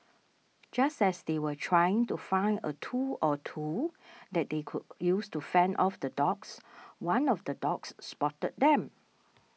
just as they were trying to find a tool or two that they could use to fend off the dogs one of the dogs spotted them